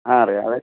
ಹಾಂ ರೀ ಅದೇ